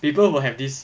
people will have this